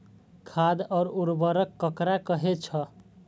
खाद और उर्वरक ककरा कहे छः?